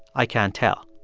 i can't tell.